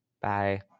Bye